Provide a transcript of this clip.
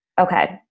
Okay